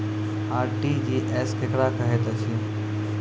RTGS केकरा कहैत अछि?